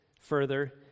further